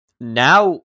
now